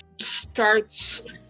starts